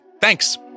Thanks